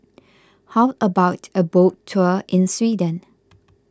how about a boat tour in Sweden